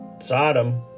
Sodom